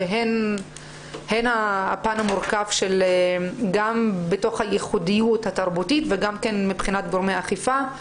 הן בפן המורכב בתוך הייחודיות התרבותית וגם מבחינת גורמי האכיפה,